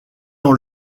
dans